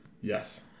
Yes